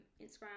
Instagram